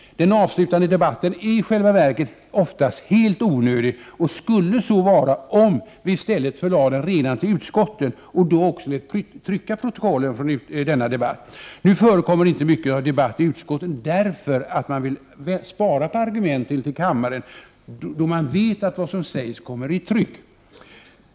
Den avslutande debatten är i själva verket oftast helt onödig och skulle så vara om vi i stället förlade den redan till utskotten och också lät trycka protokollen från denna debatt. Nu förekommer inte mycket av debatt i utskotten, man vill spara argumenten till kammaren, då man vet att vad som 145 sägs också kommer i tryck.